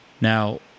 Now